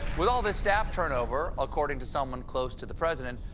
with all this staff turnover, according to someone close to the president,